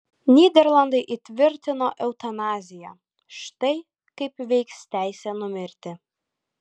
nyderlandai įtvirtino eutanaziją štai kaip veiks teisė numirti